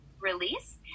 release